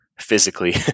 physically